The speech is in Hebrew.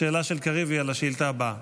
השאלה של קריב היא על השאילתה הבאה.